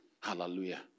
Hallelujah